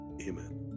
amen